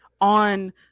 on